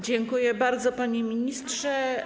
Dziękuję bardzo, panie ministrze.